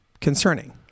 concerning